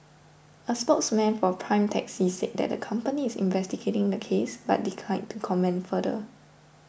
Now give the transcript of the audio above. a spokesman for Prime Taxi said that the company is investigating the case but declined to comment further